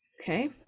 Okay